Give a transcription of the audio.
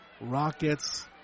Rockets